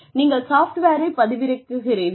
நீங்கள் சாஃப்ட்வேரை பதிவிறக்குகிறீர்கள்